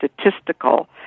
statistical